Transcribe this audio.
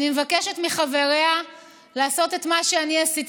אני מבקשת מחבריה לעשות את מה שאני עשיתי